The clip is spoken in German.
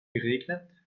geregnet